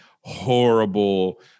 horrible